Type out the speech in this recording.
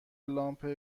لامپ